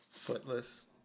footless